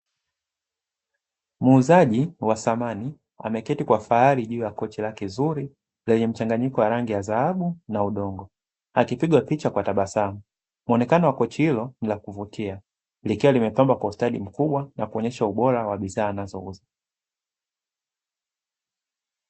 Muuzaji wa samani ameketi kwa fahari juu ya kochi lake zuri lenye mchanganyiko wa rangi ya dhahabu na udongo, akipigwa picha kwa tabasamu, muonekano wa kochi hilo ni la kuvutia likiwa limepambwa kwa ustadi mkubwa kuonyesha ubora wa bidhaa anazo uza.